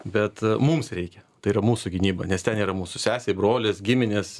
bet mums reikia tai yra mūsų gynyba nes ten yra mūsų sesė brolis giminės